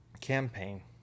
campaign